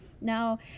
now